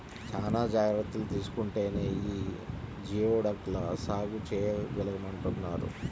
చానా జాగర్తలు తీసుకుంటేనే యీ జియోడక్ ల సాగు చేయగలమంటన్నారు